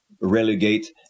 relegate